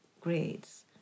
grades